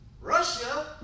Russia